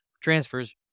transfers